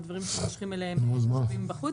או דברים שמושכים אליהם תושבים מבחוץ,